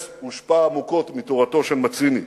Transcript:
הס הושפע עמוקות מתורתו של מציני,